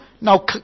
now